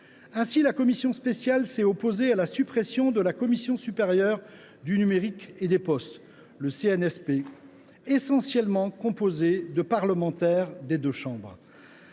Ainsi, la commission spéciale s’est opposée à la suppression de la Commission supérieure du numérique et des postes (CNSP), essentiellement composée de parlementaires des deux chambres.